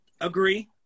Agree